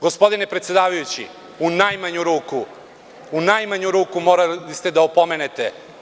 Gospodine predsedavajući, u najmanju ruku, u najmanju ruku morali ste da opomenete.